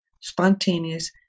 spontaneous